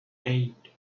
eight